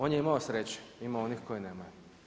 On je imao sreće, ima onih koji nemaju.